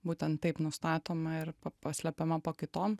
būtent taip nustatoma ir paslepiama po kitom